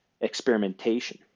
experimentation